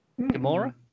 Gamora